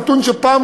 זה נתון שמתפרסם